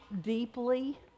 deeply